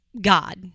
God